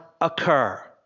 occur